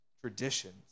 traditions